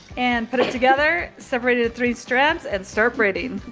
and put it together, separate into three strands and start braiding.